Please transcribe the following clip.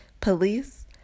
police